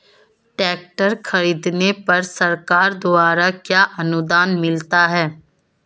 Tractor खरीदने पर सरकार द्वारा क्या अनुदान मिलता है?